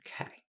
Okay